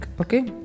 okay